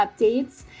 updates